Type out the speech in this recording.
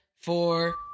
four